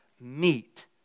meet